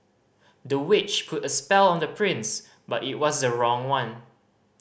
the witch put a spell on the prince but it was the wrong one